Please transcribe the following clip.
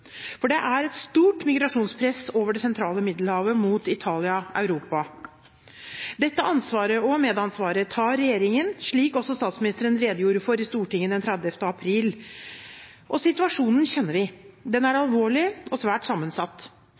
For det er et stort migrasjonspress over det sentrale Middelhavet mot Italia/Europa. Dette ansvaret og medansvaret tar regjeringen, slik også statsministeren redegjorde for i Stortinget den 30. april. Situasjonen kjenner vi: Den er alvorlig og svært sammensatt.